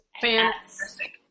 fantastic